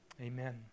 Amen